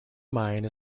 mine